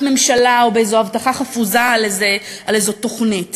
ממשלה או באיזה הבטחה חפוזה על איזו תוכנית.